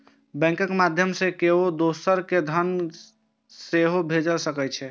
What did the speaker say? बैंकक माध्यय सं केओ दोसर कें धन सेहो भेज सकै छै